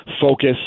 focus